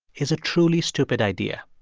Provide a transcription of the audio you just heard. is a truly stupid idea.